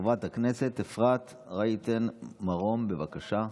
חברת הכנסת אפרת רייטן מרום, בבקשה.